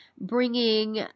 bringing